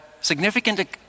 significant